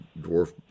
dwarf